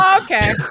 Okay